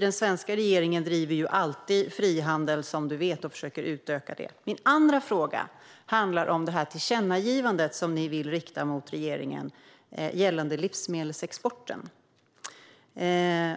Den svenska regeringen driver ju alltid på för frihandel och försöker utöka den, som Hans Rothenberg vet. Min andra fråga handlar om det tillkännagivande som ni vill rikta mot regeringen gällande livsmedelsexporten.